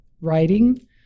writing